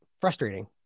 Frustrating